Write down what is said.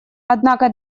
однако